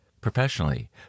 Professionally